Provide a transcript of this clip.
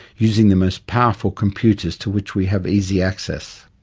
using the most powerful computers to which we have easy access.